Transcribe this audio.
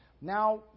Now